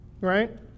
Right